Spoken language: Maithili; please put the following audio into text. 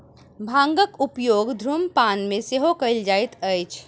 भांगक उपयोग धुम्रपान मे सेहो कयल जाइत अछि